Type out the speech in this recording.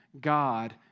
God